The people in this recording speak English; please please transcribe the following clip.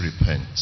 repent